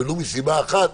ולו מסיבה אחת,